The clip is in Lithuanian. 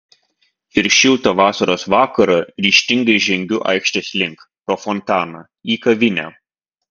ir šiltą vasaros vakarą ryžtingai žengiu aikštės link pro fontaną į kavinę